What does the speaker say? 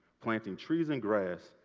planting trees and grass,